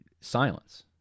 silence